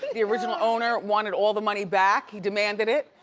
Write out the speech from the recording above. the original owner wanted all the money back. he demanded it.